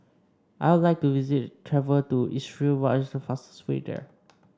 I would like to visit travel to Israel what is the fastest way there